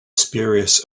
spurious